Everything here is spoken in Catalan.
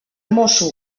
mosso